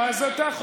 זאת הייתה מחמאה.